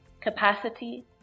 capacity